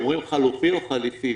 אומרים חלופי או חליפי?